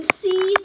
see